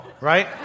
right